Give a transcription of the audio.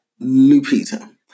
Lupita